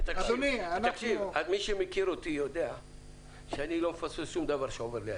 מי שמכיר אותי יודע שאני לא מפספס שום דבר שעובר לידי,